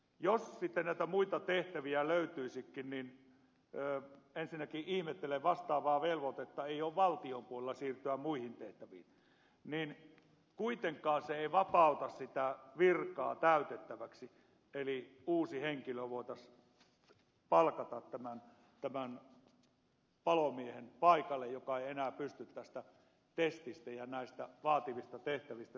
jos sitten näitä muita tehtäviä löytyisikin niin ensinnäkin ihmettelen että vastaavaa velvoitetta ei ole valtion puolella siirtyä muihin tehtäviin ja toiseksi että kuitenkaan se ei vapauta sitä virkaa täytettäväksi että uusi henkilö voitaisiin palkata tämän palomiehen paikalle joka ei enää pysty tästä testistä ja näistä vaativista tehtävistä selviytymään